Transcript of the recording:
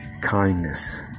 kindness